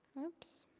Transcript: oops,